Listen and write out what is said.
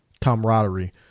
camaraderie